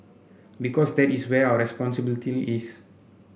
because that is where our responsibility is